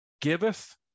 giveth